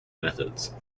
methods